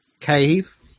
cave